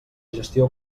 gestió